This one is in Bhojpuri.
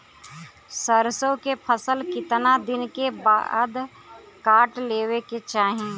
सरसो के फसल कितना दिन के बाद काट लेवे के चाही?